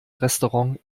restaurant